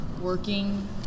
working